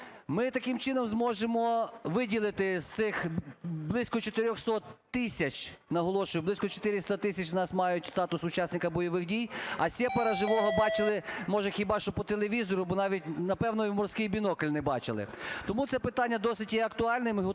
Ми таким чином зможемо виділити з цих близько 400 тисяч, наголошую, близько 400 тисяч у нас мають статус учасника бойових дій, а "сєпара" живого бачили, може, хіба що по телевізору, бо, напевно, і в морський бінокль не бачили. Тому це питання досить є актуальним.